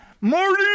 Marty